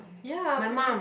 ya preci~